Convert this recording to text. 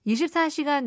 24시간